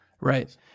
Right